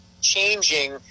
changing